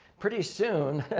pretty soon,